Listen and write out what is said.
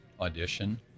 audition